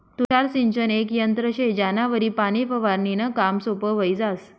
तुषार सिंचन येक यंत्र शे ज्यानावरी पाणी फवारनीनं काम सोपं व्हयी जास